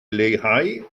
leihau